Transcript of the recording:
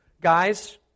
Guys